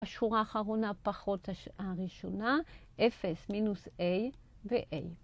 השורה האחרונה, פחות הראשונה, 0 מינוס A ו-A.